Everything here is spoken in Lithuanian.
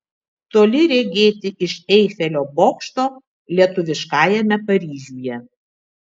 toli regėti iš eifelio bokšto lietuviškajame paryžiuje